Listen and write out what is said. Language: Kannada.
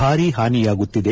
ಭಾರಿ ಹಾನಿಯಾಗುತ್ತಿದೆ